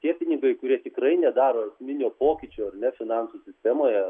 tie pinigai kurie tikrai nedaro esminio pokyčio ar ne finansų sistemoje